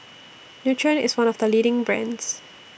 Nutren IS one of The leading brands